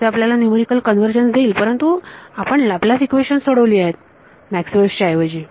तर ते आपल्याला न्यूमरिकल कन्वर्जन्स देईल परंतु आपण लाप्लास इक्वेशन्स सोडवली आहेत मॅक्सवेल इक्वेशन्सMaxwell's equations च्या ऐवजी